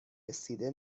رسیده